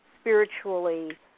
spiritually